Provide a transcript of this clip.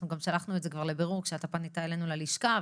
שלחנו את זה גם לבירור כשפנית אלינו ללשכה.